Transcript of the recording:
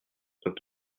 donc